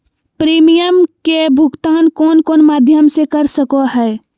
Premium के भुक्तान कौन कौन माध्यम से कर सको है?